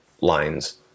lines